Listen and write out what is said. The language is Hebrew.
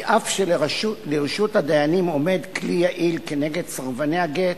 ואמר כי אף שלרשות הדיינים עומד כלי יעיל כנגד סרבני הגט,